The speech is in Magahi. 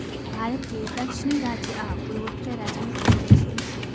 भारत के दक्षिणी राज्य आ पूर्वोत्तर राज्य में कएल जाइ छइ